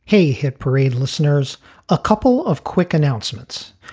he hit parade listeners a couple of quick announcements,